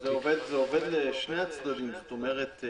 זה עובד לשני הצדדים זאת אומרת,